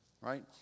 right